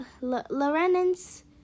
Lorenz